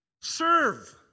Serve